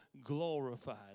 glorified